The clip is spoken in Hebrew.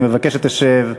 אני מבקש שתשב.